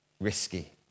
Risky